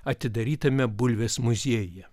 atidarytame bulvės muziejuje